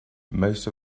most